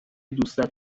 دوستت